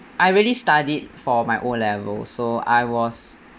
I really studied for my O level so I was